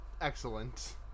excellent